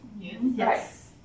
Yes